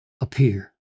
appear